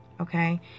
Okay